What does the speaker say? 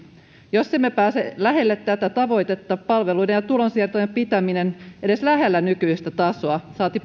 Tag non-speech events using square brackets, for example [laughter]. jos emme pääse lähelle tätä tavoitetta palveluiden ja tulonsiirtojen pitäminen edes lähellä nykyistä tasoa saati [unintelligible]